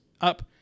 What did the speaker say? up